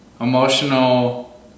emotional